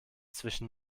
zwischen